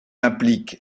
implique